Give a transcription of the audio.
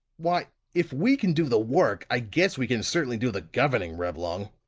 why if we can do the work, i guess we can certainly do the governing, reblong.